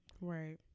right